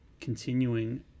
continuing